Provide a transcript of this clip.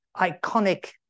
iconic